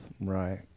Right